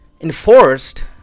enforced